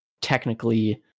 technically